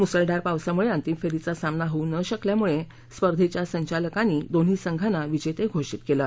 मुसळधार पावसामुळे अंतिम फेरीचा सामना होऊ न शकल्यामुळे स्पर्धेच्या संचालकांनी दोन्ही संघांना विजेते घोषित केलं